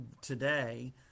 today